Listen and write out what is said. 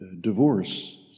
divorce